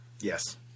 Yes